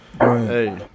Hey